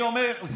אני אומר,